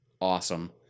awesome